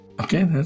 Okay